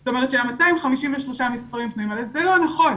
זאת אומרת שה-253 מקומות הפנויים האלה זה לא נכון,